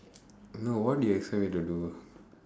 no what do you expect me to do